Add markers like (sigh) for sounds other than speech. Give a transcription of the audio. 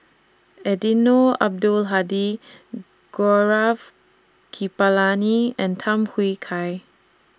Eddino Abdul Hadi (hesitation) Gaurav Kripalani and Tham Hui Kai